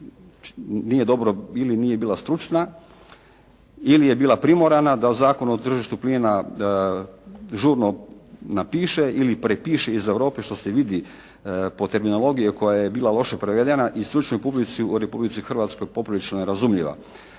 pregovarala ili nje bila stručna ili je bila primorana da Zakon o tržištu plina žurno napiše ili prepiše iz Europe što se vidi po terminologiji koja je bila loše prevedena i stručnoj publici u Republici Hrvatskoj poprilično nerazumljiva.